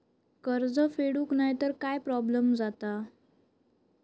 कर्ज फेडूक नाय तर काय प्रोब्लेम जाता?